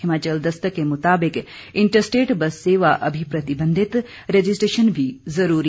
हिमाचल दस्तक के मुताबिक inter state bus सेवा अभी प्रतिबंधित रजिस्ट्रेशन भी जरूरी